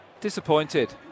Disappointed